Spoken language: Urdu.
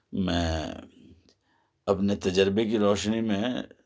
میں اپنے تجربے کی روشنی میں